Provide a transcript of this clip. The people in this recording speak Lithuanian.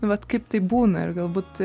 nu vat kaip taip būna ir galbūt